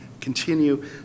continue